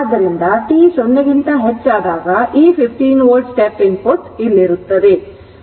ಆದ್ದರಿಂದ t 0 ಕ್ಕಿಂತ ಹೆಚ್ಚಾದಾಗ ಈ 15 ವೋಲ್ಟ್ step input ಇಲ್ಲಿರುತ್ತದೆ